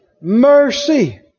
Mercy